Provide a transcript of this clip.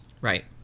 Right